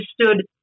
understood